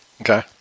Okay